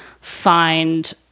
find